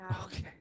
okay